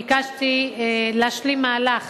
ביקשתי להשלים מהלך